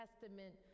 Testament